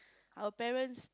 our parents